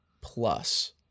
plus